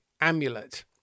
amulet